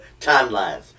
timelines